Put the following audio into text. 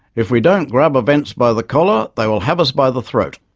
if we don't grab events by the collar they will have us by the throat.